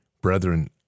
Brethren